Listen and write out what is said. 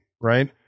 right